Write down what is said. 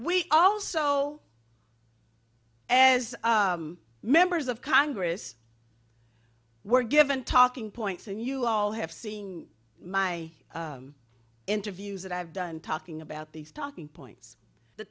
we also as members of congress were given talking points and you all have seeing my interviews that i've done talking about these talking points the